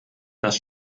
das